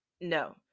No